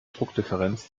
druckdifferenz